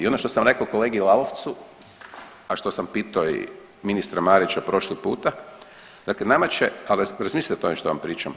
I ono što sam rekao kolegi Lalovcu, a što sam i pitao ministra Marića prošli puta, dakle nama će, ali razmislite o tome što vam pričam.